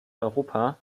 europa